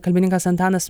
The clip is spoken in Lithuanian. kalbininkas antanas